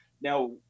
now